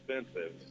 expensive